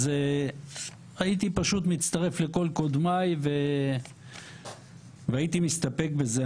אז הייתי פשוט מצטרף לכל קודמיי והייתי מסתפק בזה.